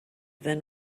then